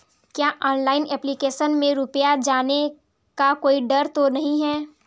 क्या online application में रुपया जाने का कोई डर तो नही है?